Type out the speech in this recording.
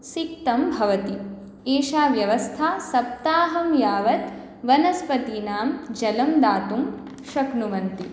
सिक्तं भवति एषा व्यवस्था सप्ताहं यावत् वनस्पतीनां जलं दातुं शक्नुवन्ति